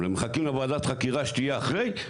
מחכים לוועדת חקירה שתהיה אחרי?